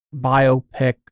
biopic